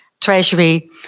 Treasury